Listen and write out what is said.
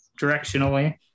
directionally